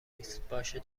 نیست، باشه